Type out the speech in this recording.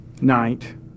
night